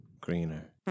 Greener